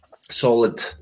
solid